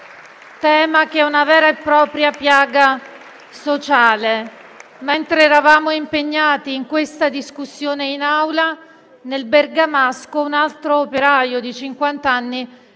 tema che è una vera e propria piaga sociale. Mentre eravamo impegnati in questa discussione in Aula, nel bergamasco un altro operaio di